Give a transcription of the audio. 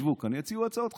ישבו כאן ויציעו הצעות חוק.